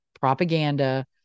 propaganda